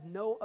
no